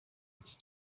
iki